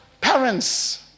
parents